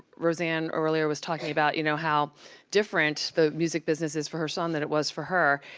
roseanne earlier was talking about, you know, how different the music business is for her son than it was for her.